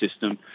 system